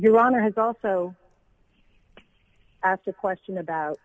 your honor has also asked a question about